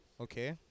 okay